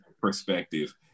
perspective